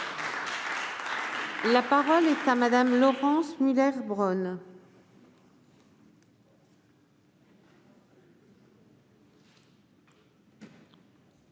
La parole est à Mme Laurence Muller-Bronn,